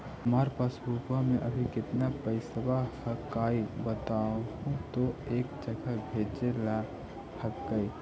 हमार पासबुकवा में अभी कितना पैसावा हक्काई बताहु तो एक जगह भेजेला हक्कई?